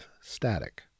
static